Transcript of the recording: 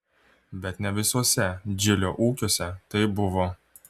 bet ne visuose džilio ūkiuose taip buvo